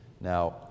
Now